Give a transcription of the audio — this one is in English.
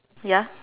ya